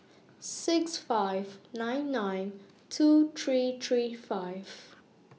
six five nine nine two three three five